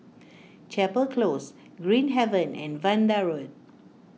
Chapel Close Green Haven and Vanda Road